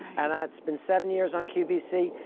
and i've spent seven years on qvc,